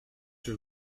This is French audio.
que